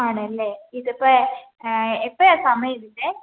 ആണല്ലേ ഇതിപ്പം എപ്പഴാ സമയം ഇതിൻ്റെ